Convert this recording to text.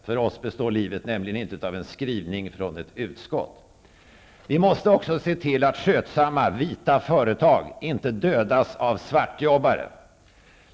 För oss består livet nämligen inte av en skrivning från ett utskott. Vi måste också se till att skötsamma, ''vita'' företag inte dödas av svartjobbare.